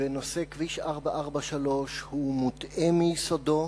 בנושא כביש 443 הוא מוטעה מיסודו,